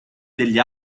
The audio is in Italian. degli